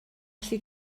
gallu